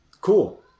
Cool